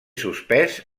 suspès